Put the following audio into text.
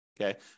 Okay